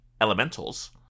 elementals